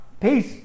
peace